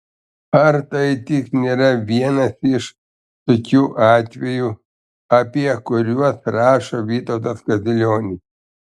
ar tai tik nėra vienas iš tokių atvejų apie kuriuos rašo vytautas kaziulionis